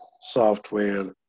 software